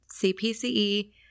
CPCE